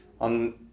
on